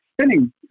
spinning